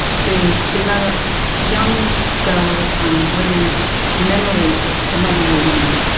to develop young girls' and women's memories of phenomenal women.